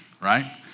right